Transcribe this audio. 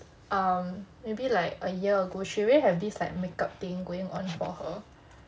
err maybe like a year ago she already have this like makeup thing going on for her